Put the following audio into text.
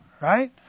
right